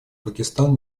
пакистан